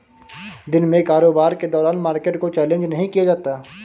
दिन में कारोबार के दौरान मार्केट को चैलेंज नहीं किया जाता